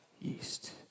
yeast